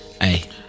hey